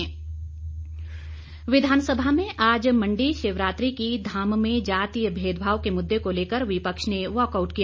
walkout विधानसभा में आज मंडी शिवरात्रि की धाम में जातिय भेदभाव के मुद्दे को लेकर विपक्ष ने वॉकआउट किया